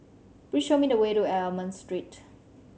please show me the way to Almond Street